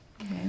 Okay